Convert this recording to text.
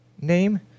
name